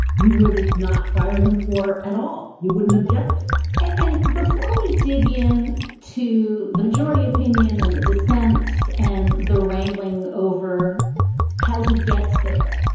you would not fire them for at all. you wouldn't object and before we dig in to the majority opinion and the dissents and the wrangling over how he gets there,